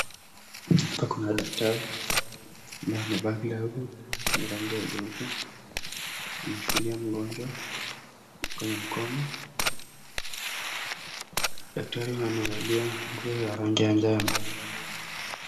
Hapa kuna daktari ambaye amevaa glavu yenye rangi ya nyeupe, ameshikilia mgonjwa kwenye mkono. Daktari huyo amevalia nguo ya rangi ya njano.